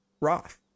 Roth